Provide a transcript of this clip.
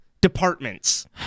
departments